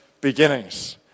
beginnings